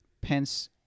Pence